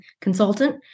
consultant